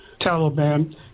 Taliban